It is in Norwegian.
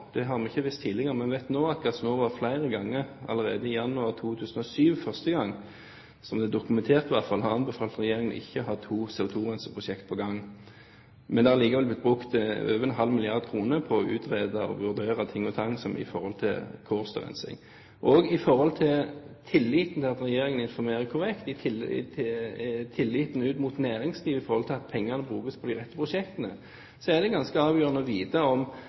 det har vi ikke visst tidligere, men vi vet nå – at Gassnova flere ganger, første gang allerede i januar 2007, i hvert fall som er dokumentert, har anbefalt regjeringen å ikke ha to CO2-renseprosjekter på gang. Men det er likevel blitt brukt over en halv milliard kroner på å utrede og vurdere ting og tang i forhold til Kårstø-rensing. Når det gjelder tilliten til at regjeringen informerer korrekt – tilliten ut mot næringslivet i forhold til at pengene brukes på de rette prosjektene – så er det ganske avgjørende å vite om